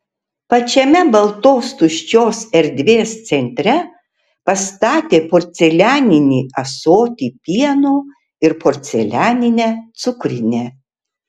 pačiame baltos tuščios erdvės centre pastatė porcelianinį ąsotį pieno ir porcelianinę cukrinę